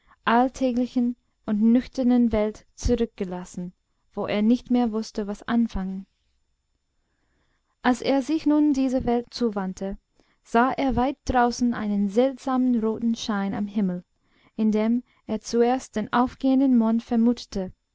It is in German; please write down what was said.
alltäglichen und nüchternen welt zurückgelassen wo er nicht mehr wußte was anfangen als er sich nun dieser welt zuwandte sah er weit draußen einen seltsamen roten schein am himmel in dem er zuerst den aufgehenden mond vermutete